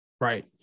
Right